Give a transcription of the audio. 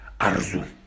Arzu